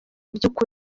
by’ukuri